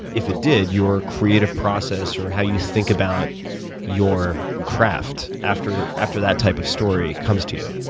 if it did, your creative process or how you think about your craft after after that type of story comes to you?